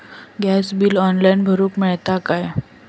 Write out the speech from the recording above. Gas bill online भरुक मिळता काय?